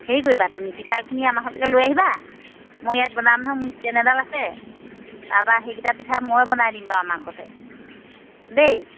হেৰি কৰিবা তুমি পিঠাখিনি আমাৰ ঘৰলৈকে লৈ আহিবা মই ইয়াত বনাম নহয় মোৰ ষ্টেণ্ড এডাল আছে তাৰপৰা সেইকেইটা পিঠা মই বনাই দিম বাৰু আমাৰ ঘৰতে দেই